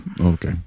okay